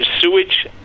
sewage